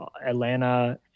Atlanta